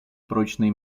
прочный